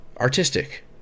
Artistic